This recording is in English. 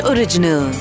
Original